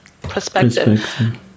perspective